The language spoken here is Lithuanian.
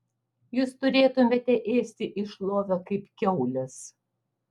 jūs turėtumėte ėsti iš lovio kaip kiaulės